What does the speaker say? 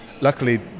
Luckily